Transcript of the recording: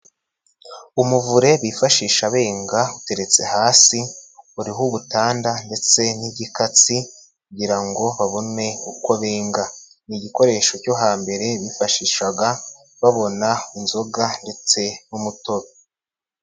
Umuvure bifashisha benga uteretse hasi, uriho ubutanda ndetse n'igikatsi kugira ngo babone uko benga. Ni igikoresho cyo hambere bifashishaga babona inzoga ndetse n'umutobe.